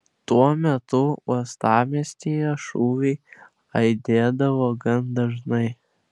tuo metu uostamiestyje šūviai aidėdavo gan dažnai